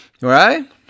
right